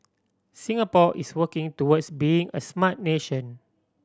Singapore is working towards being a smart nation